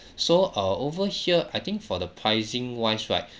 so uh over here I think for the pricing wise right